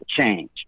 change